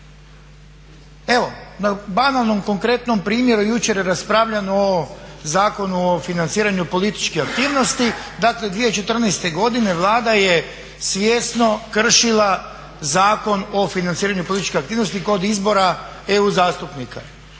Evo na banalnom, konkretnom primjeru jučer je raspravljano o ovom Zakonu o financiranju političkih aktivnosti. Dakle, 2014. godine Vlada je svjesno kršila Zakon o financiranju političke aktivnosti kod izbora EU zastupnika.